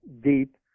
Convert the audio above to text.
deep